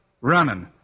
Running